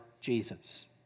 Jesus